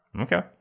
okay